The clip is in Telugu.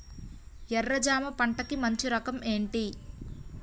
ఎర్ర జమ పంట కి మంచి రకం ఏంటి?